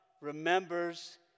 remembers